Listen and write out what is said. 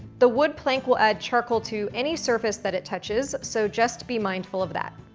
the wood plank will add charcoal to any surface that it touches, so just be mindful of that.